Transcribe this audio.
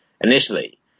initially